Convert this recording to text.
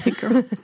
girl